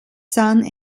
son